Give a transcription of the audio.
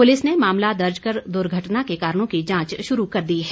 police ने मामला दर्ज कर दुर्घटना के कारणों की जांच शुरू कर दी है